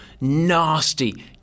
nasty